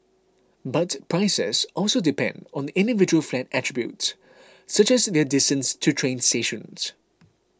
but prices also depend on the individual flat attributes such as their distance to train stations